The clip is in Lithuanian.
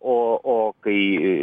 o o kai